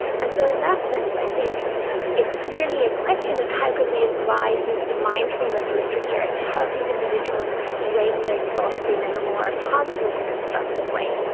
and so in that sense i think it's nearly a question of how could we apply some of the mindfulness literature to help these individuals perhaps rein their thoughts in and a more positive and constructive way.